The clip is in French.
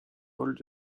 volent